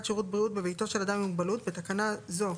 שירות בריאות בביתו של אדם עם מוגבלות (בתקנה זו,